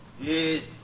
Yes